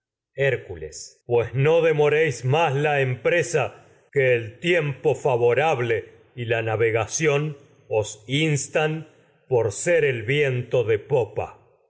hércules el pues no demoréis más la empresa que tiempo favorable viento y la navegación os instan por ser el de popa